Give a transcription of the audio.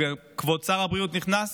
וכבוד שר הבריאות נכנס,